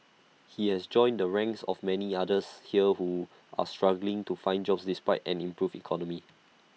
he has joined the ranks of many others here who are struggling to find jobs despite an improved economy